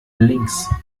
links